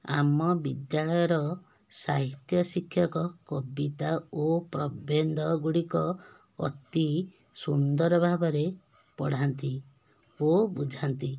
ଆମ ବିଦ୍ୟାଳୟର ସାହିତ୍ୟ ଶିକ୍ଷକ କବିତା ଓ ପ୍ରବନ୍ଧ ଗୁଡ଼ିକ ଅତି ସୁନ୍ଦର ଭାବରେ ପଢ଼ାନ୍ତି ଓ ବୁଝାନ୍ତି